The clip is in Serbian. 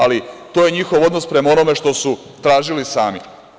Ali, to je njihov odnos prema onome što su tražili sami.